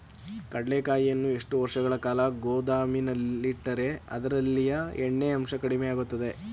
ಕಡ್ಲೆಕಾಯಿಯನ್ನು ಎಷ್ಟು ವರ್ಷಗಳ ಕಾಲ ಗೋದಾಮಿನಲ್ಲಿಟ್ಟರೆ ಅದರಲ್ಲಿಯ ಎಣ್ಣೆ ಅಂಶ ಕಡಿಮೆ ಆಗುತ್ತದೆ?